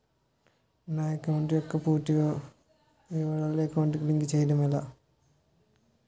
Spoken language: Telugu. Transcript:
నా అకౌంట్ యెక్క పూర్తి వివరాలు బ్యాంక్ అకౌంట్ కి లింక్ చేయడం ఎలా?